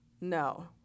No